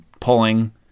pulling